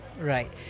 Right